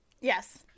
Yes